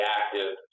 active